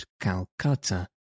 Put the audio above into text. Calcutta